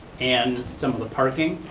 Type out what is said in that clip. and some of the parking.